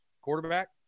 Quarterback